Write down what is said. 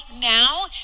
now